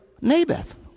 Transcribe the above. Naboth